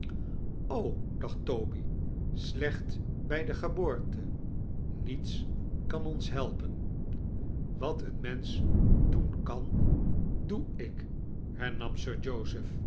dacht toby slecht bij de geboorte niets ban ons helpen wat een mensch doen k a n doe ik hernam sir joseph